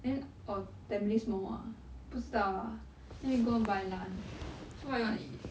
and or tampines mall ah 不知道啦 then we going to buy lunch so what you want to eat